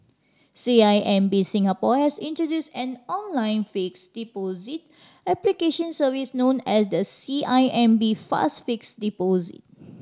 C I M B Singapore has introduced an online fixed deposit application service known as the C I M B Fast Fixed Deposit